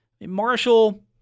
Marshall